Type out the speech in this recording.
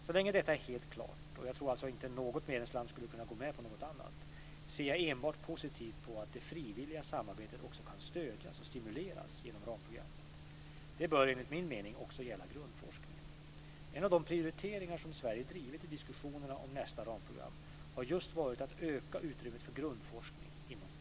Så länge detta är helt klart - och jag tror alltså inte att något medlemsland skulle kunna gå med på något annat - ser jag enbart positivt på att det frivilliga samarbetet också kan stödjas och stimuleras genom ramprogrammet. Detta bör enligt min mening också gälla grundforskningen. En av de prioriteringar som Sverige drivit i diskussionerna om nästa ramprogram har just varit att öka utrymmet för grundforskning inom programmet.